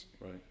Right